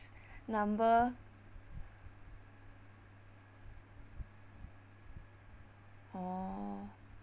number orh